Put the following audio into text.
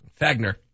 Fagner